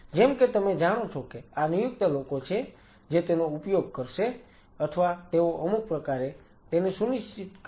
જેમ કે તમે જાણો છો કે આ નિયુક્ત લોકો છે જે તેનો ઉપયોગ કરશે અથવા તેઓ અમુક પ્રકારે તેને સુનિશ્ચિત કરશે